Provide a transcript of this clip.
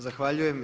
Zahvaljujem.